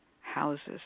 houses